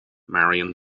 marion